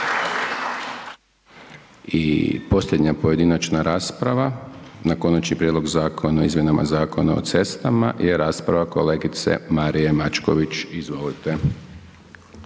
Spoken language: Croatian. I posljednja pojedinačna rasprava na Konačni prijedlog zakona o izmjenama Zakona o cestama je rasprava kolegice Marije Mačković, izvolite.